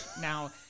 Now